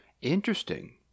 Interesting